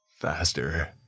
Faster